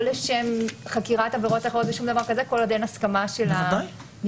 לשם חקירת עבירות אחרות ושום דבר כל עוד אין הסכמה של הנפגעת.